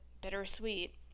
bittersweet